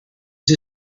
sie